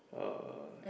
uh